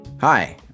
Hi